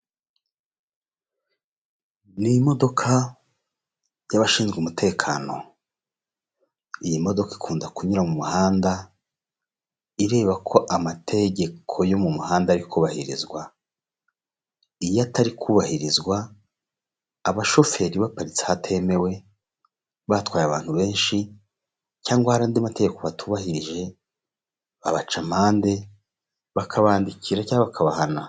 Ni imodoka y'abashinzwe umutekano iyi modoka ikunda kunyura mu muhanda ireba ko amategeko yo mu muhanda ari kubahirizwa, iyo atari kubahirizwa abashoferi baparitse ahatemewe batwaye abantu benshi cyangwa hari andi mategeko batubahirije babaca amande bakabandikira cyangwa bakabahana.